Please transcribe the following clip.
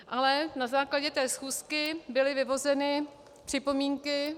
Ale na základě schůzky byly vyvozeny připomínky.